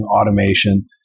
automation